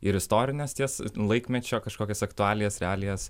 ir istorines ties laikmečio kažkokias aktualijas realijas